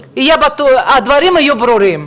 הדברים יהיו ברורים.